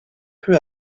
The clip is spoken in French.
peu